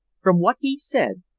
from what he said,